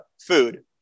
food